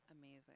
Amazing